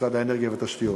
משרד האנרגיה והתשתיות.